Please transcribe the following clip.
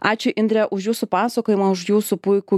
ačiū indre už jūsų pasakojimą už jūsų puikų